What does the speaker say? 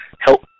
help